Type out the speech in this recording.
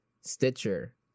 Stitcher